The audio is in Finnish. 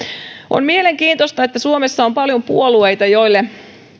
on mielenkiintoista että suomessa on paljon puolueita joille